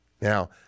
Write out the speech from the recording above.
Now